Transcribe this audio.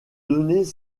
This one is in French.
données